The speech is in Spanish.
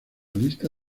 lista